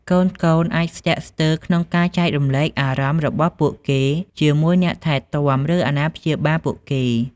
កូនៗអាចស្ទាក់ស្ទើរក្នុងការចែករំលែកអារម្មណ៍របស់ពួកគេជាមួយអ្នកថែទាំ ឬអាណាព្យាបាលពួកគេ ។